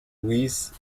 louise